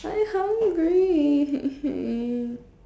I hungry